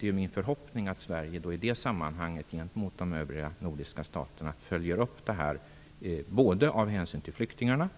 Det är min förhoppning att Sverige i det sammanhanget gentemot de övriga nordiska staterna följer upp det här, såväl av hänsyn till flyktingarna,